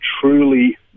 truly